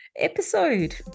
episode